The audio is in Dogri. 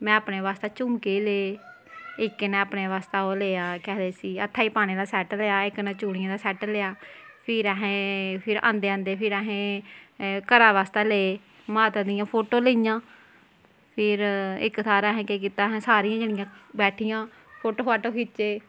में अपने बास्तै झुमके ले इक ने अपने बास्तै ओह् लेआ केह् आखदे उसी हत्थे गी पाने आह्ला सैट्ट लेआ कन्नै चूड़ियें दा सैट्ट लेआ फिर असें फिर आंदें आंदे फिर असें घरा बास्तै ले माता दियां फोटो लेइयां फिर इक थाह्र असें केह् कीता सारियां जनियां बैठियां फोटो फाटो खिच्चे